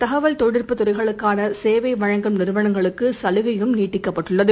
தகவல் தொழில்நுட்பத் பதிவில் இது துறைக்ளுக்கானசேவைவழங்கும் நிறுவனங்களுக்குசலுகையும் நீட்டிக்கப்பட்டுள்ளது